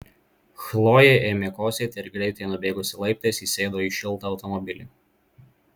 chlojė ėmė kosėti ir greitai nubėgusi laiptais įsėdo į šiltą automobilį